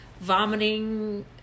vomiting